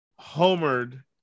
homered